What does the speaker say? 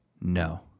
no